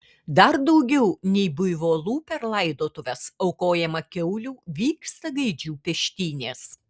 dar daugiau nei buivolų per laidotuves aukojama kiaulių vyksta gaidžių peštynės